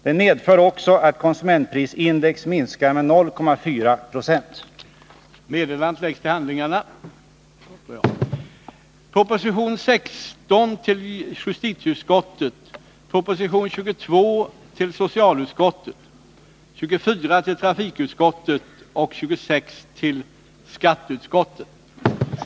Den medför också att konsumentprisindex minskar med 0,4 96.